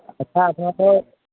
হয় ছাৰ আপোনালোকৰ